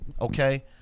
okay